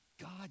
God